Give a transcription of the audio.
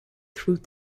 through